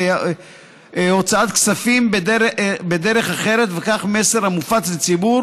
הוצאת כספים בדרך אחרת וכן מסר המופץ לציבור